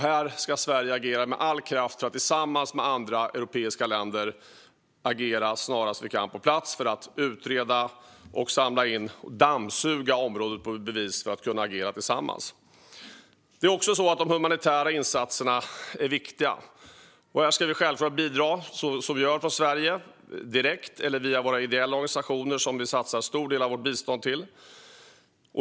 Här ska Sverige agera med all kraft för att tillsammans med andra europeiska länder agera på plats så snart som möjligt för att utreda och dammsuga området på bevis, så att vi ska kunna agera tillsammans. De humanitära insatserna är också viktiga. Här ska Sverige självklart bidra, direkt eller via våra ideella organisationer som vi satsar en stor del av vårt bistånd på.